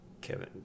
Kevin